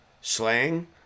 slang